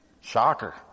Shocker